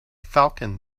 falcon